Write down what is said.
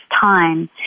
time